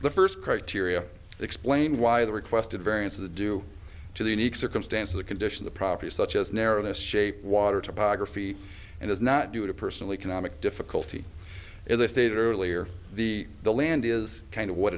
the first criteria explain why the requested variance of the due to the unique circumstance of the condition the property such as narrowness shape water topography and is not due to personal economic difficulty as i stated earlier the the land is kind of what